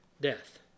death